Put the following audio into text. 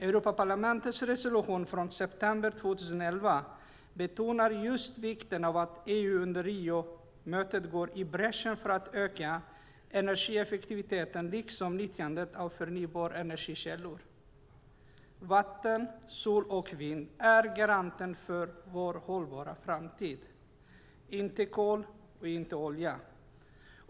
Europaparlamentets resolution från september 2011 betonar just vikten av att EU under Riomötet går i bräschen för att öka energieffektiviteten liksom nyttjandet av förnybara energikällor. Vatten, sol och vind är garanter för vår hållbara framtid, inte kol och inte olja.